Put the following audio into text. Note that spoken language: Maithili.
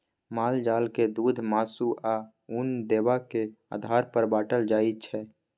माल जाल के दुध, मासु, आ उन देबाक आधार पर बाँटल जाइ छै